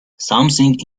something